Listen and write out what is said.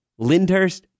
Lindhurst